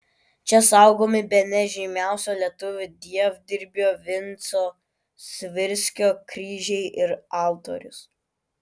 čia saugomi bene žymiausio lietuvių dievdirbio vinco svirskio kryžiai ir altorius